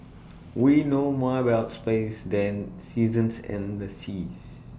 we know more about space than seasons and the seas